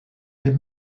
des